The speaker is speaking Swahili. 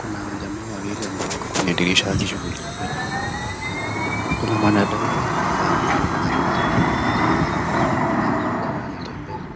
Kuna jamaa wawili ambao wako kwenye dirisha wakishughulikiwa . Kuna mwanadada ambaye amesimama nje na kuna mmoja ambaye anatembea.